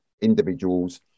individuals